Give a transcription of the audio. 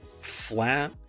flat